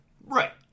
Right